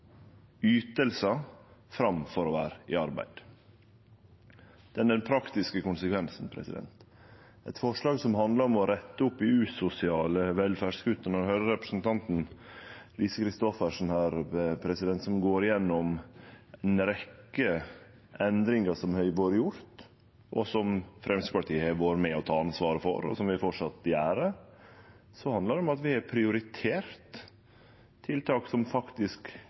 framfor å vere i arbeid. Det er den praktiske konsekvensen. Forslaget handlar om å rette opp i usosiale velferdskutt. Representanten Lise Christoffersen gjekk gjennom ei rekkje endringar som har vore gjennomførte, som Framstegspartiet har vore med på å ta ansvar for, og som vi framleis gjer. Det handlar om at vi har prioritert tiltak som faktisk